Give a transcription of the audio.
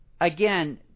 Again